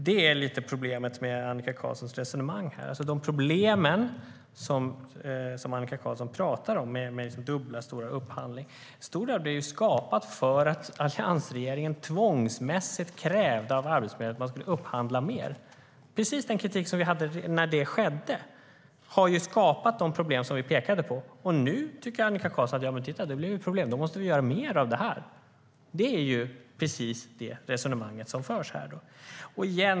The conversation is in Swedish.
Det är lite av problemet med Annika Qarlssons resonemang här. De problem som Annika Qarlsson pratar om, med dubbla stolar och upphandling, har till stor del skapats för att alliansregeringen tvångsmässigt krävde av Arbetsförmedlingen att man skulle upphandla mer. Det var precis det vi kritiserade. Man har skapat de problem som vi varnade för. Nu tycker Annika Qarlsson: Titta, det blev problem - då måste vi göra mer av det här! Det är precis det resonemang som förs.